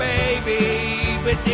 baby but